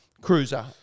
cruiser